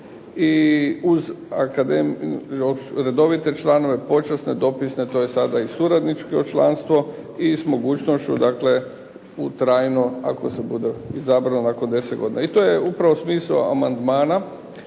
i uz redovite članove počasne dopisne to je sada i suradničko članstvo i s mogućnošću dakle u trajno ako se bude izabralo nakon deset godina. I to je upravo smisao amandmana.